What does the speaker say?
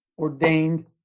ordained